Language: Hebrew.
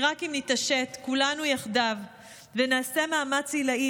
כי רק אם נתעשת כולנו ויחדיו נעשה מאמץ עילאי,